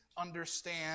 understand